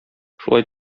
шулай